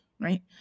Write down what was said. right